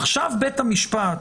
בית המשפט